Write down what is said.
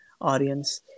audience